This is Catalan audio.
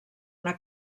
una